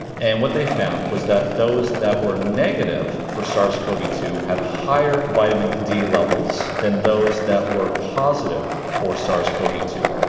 and what they found was that those that were negative for sars cov two had higher vitamin d levels than those that were positive for sars cov two,